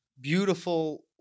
beautiful